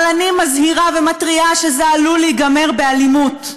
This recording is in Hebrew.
אבל אני מזהירה ומתריעה שזה עלול להיגמר באלימות,